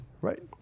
Right